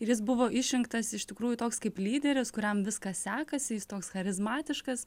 ir jis buvo išrinktas iš tikrųjų toks kaip lyderis kuriam viskas sekasi jis toks charizmatiškas